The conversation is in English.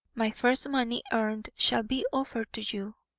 my first money earned shall be offered to you.